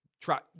try